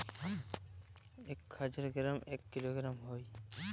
এক হাজার গ্রামে এক কিলোগ্রাম হয়